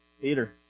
Peter